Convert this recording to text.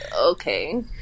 okay